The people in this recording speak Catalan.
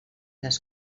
les